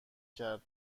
کرد